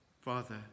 Father